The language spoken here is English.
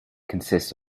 consists